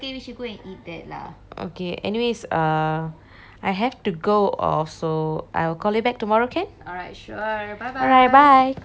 okay anyways err I have to go off so I will call you back tomorrow can alright bye